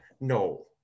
no